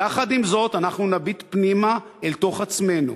יחד עם זאת אנחנו נביט פנימה אל תוך עצמנו,